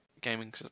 gaming